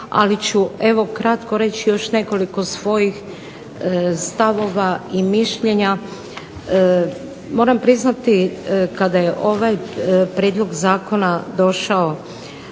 ali ću kratko reći nekoliko svojih stavova i mišljenja. Moram priznati kada je ovaj prijedlog zakona došao